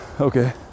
Okay